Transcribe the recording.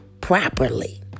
properly